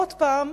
עוד פעם,